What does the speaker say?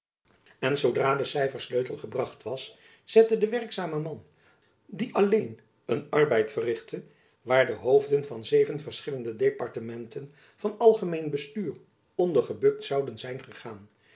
en zoodra de cyfer sleutel gebracht was zette de werkzame man die alleen een arbeid verrichtte waar de hoofden van zeven verschillende departementen van algemeen bestuur onder gebukt zouden zijn gegaan